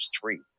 three